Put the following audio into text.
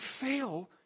fail